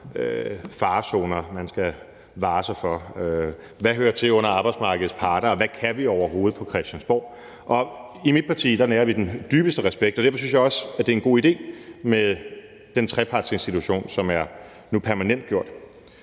mange farezoner, man skal vare sig for. Hvad hører til under arbejdsmarkedets parter, og hvad kan vi overhovedet på Christiansborg? I mit parti nærer vi den dybeste respekt for det, og derfor synes jeg også, det er en god idé med den trepartsinstitution, som nu er permanentgjort.